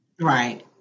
Right